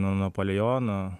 nuo napolijono